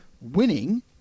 winning